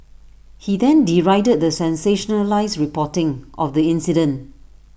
he then derided the sensationalised reporting of the incident